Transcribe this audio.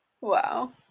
Wow